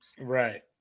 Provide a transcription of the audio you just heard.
Right